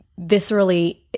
viscerally